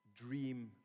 dream